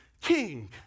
king